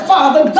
Father